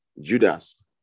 Judas